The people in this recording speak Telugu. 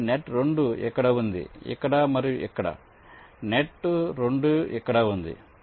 మరియు నెట్ 2 ఇక్కడ ఉంది ఇక్కడ మరియు ఇక్కడ నెట్ 2 ఇక్కడ ఉంది